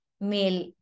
male